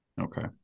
Okay